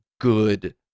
good